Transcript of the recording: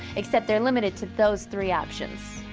except they're limited to those three options,